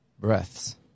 breaths